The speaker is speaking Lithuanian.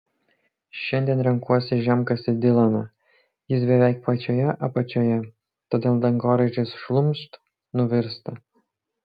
šiandien renkuosi žemkasį dilaną jis beveik pačioje apačioje todėl dangoraižis šlumšt nuvirsta